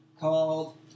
called